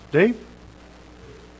Dave